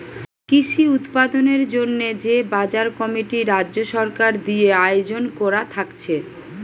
কৃষি উৎপাদনের জন্যে যে বাজার কমিটি রাজ্য সরকার দিয়ে আয়জন কোরা থাকছে